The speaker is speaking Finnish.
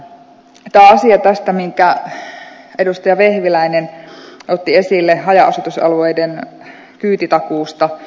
asia minkä edustaja vehviläinen otti esille haja asutusalueiden kyytitakuusta